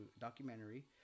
documentary